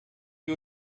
you